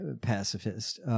pacifist